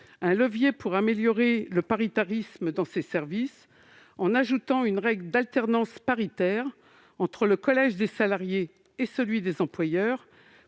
un levier pour améliorer le paritarisme dans les SPSTI, en ajoutant une règle d'alternance paritaire entre le collège des salariés et celui des employeurs